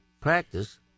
Practice